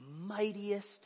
mightiest